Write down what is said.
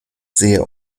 sehr